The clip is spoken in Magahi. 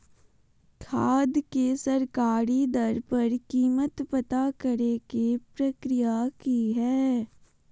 खाद के सरकारी दर पर कीमत पता करे के प्रक्रिया की हय?